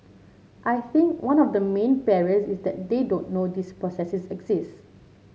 I think one of the main barriers is that they don't know these processes exist